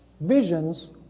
visions